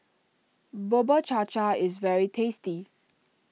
Bubur Cha Cha is very tasty